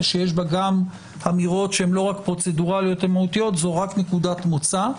שיש בה גם אמירות שהן לא רק פרוצדוראליות או מהותיות זו רק נקודת מוצא,